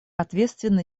ответственный